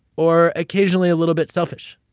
or occasionally a little bit selfish?